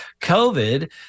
COVID